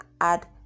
add